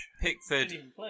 Pickford